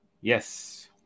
Yes